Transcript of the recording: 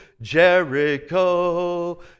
Jericho